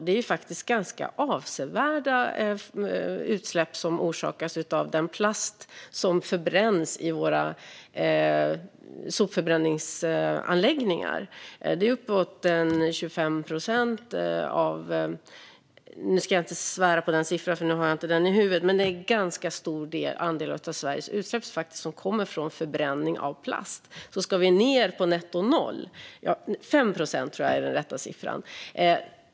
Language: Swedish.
Det är faktiskt ganska avsevärda utsläpp som orsakas av den plast som förbränns i våra sopförbränningsanläggningar. Det är uppåt en 25 procent. Nu ska jag inte svära på den siffran, för jag har den inte i huvudet, men det är en ganska stor andel av Sveriges utsläpp som kommer från förbränning av plast - 5 procent tror jag är den rätta siffran.